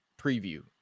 preview